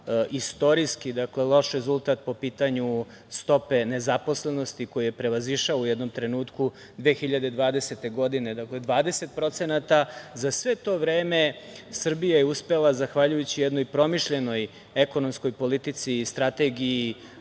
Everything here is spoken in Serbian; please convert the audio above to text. istorijski loš rezultat po pitanju stope nezaposlenosti koji je prevazišao u jednom trenutku 2020. godine, 20%.Za sve to vreme Srbija je uspela zahvaljujući jednoj promišljenoj ekonomskoj politici i strategiji